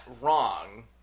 wrong